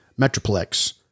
Metroplex